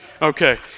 Okay